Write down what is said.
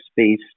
space